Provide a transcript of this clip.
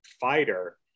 fighter